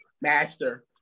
Master